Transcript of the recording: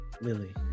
Lily